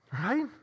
Right